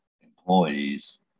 employees